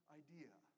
idea